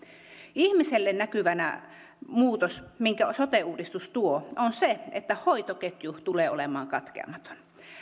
ihmiselle näkyvänä muutos minkä sote uudistus tuo on se että hoitoketju tulee olemaan katkeamaton